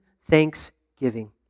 thanksgiving